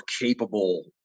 capable